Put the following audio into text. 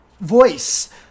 voice